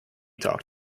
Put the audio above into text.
talk